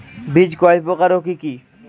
বীজ কয় প্রকার ও কি কি?